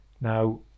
Now